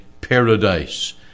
paradise